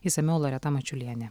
išsamiau loreta mačiulienė